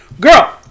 Girl